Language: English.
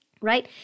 right